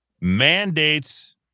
mandates